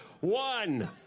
One